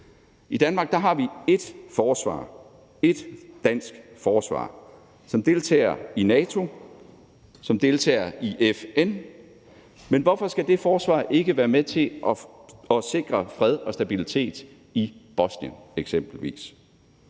forsvar – ét dansk forsvar – som deltager i NATO, og som deltager i FN, men hvorfor skal det forsvar ikke være med til at sikre fred og stabilitet i Bosnien eksempelvis?